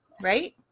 right